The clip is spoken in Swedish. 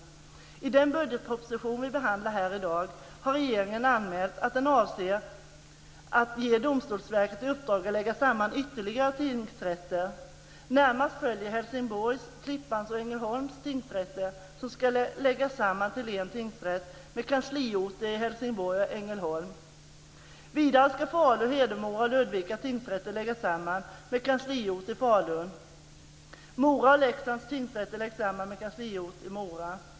I den budgetproposition som vi behandlar här i dag har regeringen anmält att den avser att ge Domstolsverket i uppdrag att lägga samman ytterligare tingsrätter. Närmast följer Helsingborgs, Klippans och Ängelholms tingsrätter som ska läggas samman till en tingsrätt med kansliorter i Helsingborg och Ängelholm. Vidare ska Falu, Hedemora och Ludvika tingsrätter läggas samman med kansliort i Falun. Mora och Leksands tingsrätter läggs samman med kansliort i Mora.